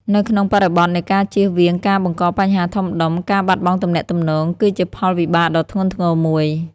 នៅក្នុងបរិបទនៃការជៀសវាងការបង្កបញ្ហាធំដុំ ការបាត់បង់ទំនាក់ទំនង គឺជាផលវិបាកដ៏ធ្ងន់ធ្ងរមួយ។